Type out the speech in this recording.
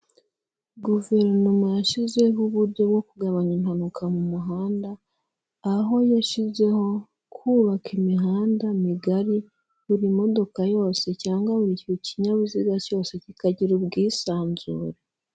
Guverinoma yashyizeho uburyo bwo kugabanya impanuka mu muhanda, aho yashyizeho kubaka imihanda migari, buri modoka yose cyangwa buri kinyabiziga cyose kikagira ubwisanzure.